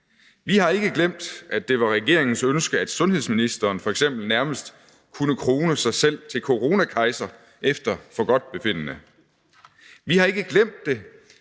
Vi har ikke glemt, at det var regeringens ønske, at sundhedsministeren f.eks. nærmest kunne krone sig selv til coronakejser efter forgodtbefindende. Vi har ikke glemt det,